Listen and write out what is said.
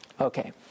Okay